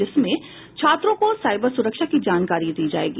जिसमें छात्रों को साइबर सुरक्षा की जानकारी दी जायेगी